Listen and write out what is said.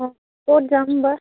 অঁ ক'ত যাম বা